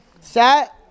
Set